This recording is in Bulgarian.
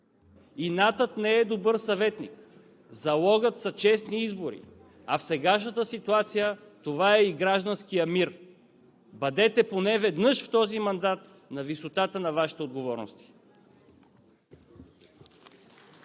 Инатът не е добър съветник. Залогът са честни избори, а в сегашната ситуация това е и гражданският мир. Бъдете поне веднъж в този мандат на висотата на Вашите отговорности.